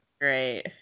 Great